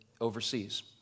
overseas